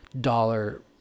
dollar